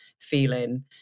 feeling